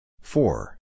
Four